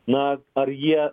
na ar jie